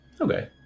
Okay